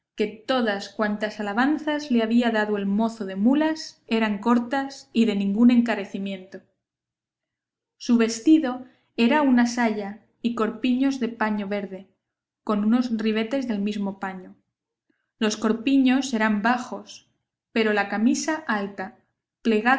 que todas cuantas alabanzas le había dado el mozo de mulas eran cortas y de ningún encarecimiento su vestido era una saya y corpiños de paño verde con unos ribetes del mismo paño los corpiños eran bajos pero la camisa alta